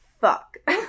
fuck